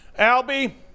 Alby